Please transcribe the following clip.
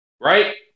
right